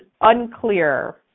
unclear